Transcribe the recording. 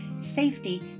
safety